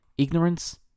Ignorance